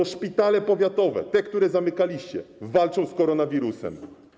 To szpitale powiatowe, te, które zamykaliście, walczą z koronawirusem.